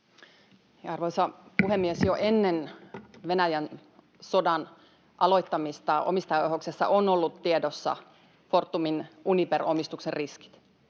Arvoisa puhemies! Jo ennen Venäjän sodan aloittamista omistajaohjauksessa ovat olleet tiedossa Fortumin Uniper-omistuksen riskit.